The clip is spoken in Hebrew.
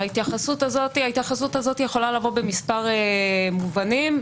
ההתייחסות הזאת יכולה לבוא במספר מובנים,